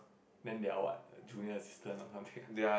then they are what a junior assistant or something ah